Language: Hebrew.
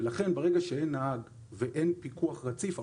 ברגע שאין נהג ואין פיקוח רציף,